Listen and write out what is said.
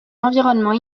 environnement